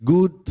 Good